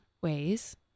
ways